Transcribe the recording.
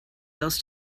else